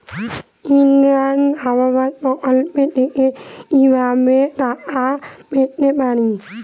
ইন্দিরা আবাস প্রকল্প থেকে কি ভাবে টাকা পেতে পারি?